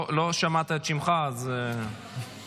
לא שמעת את שמך, אז --- אני